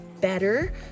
better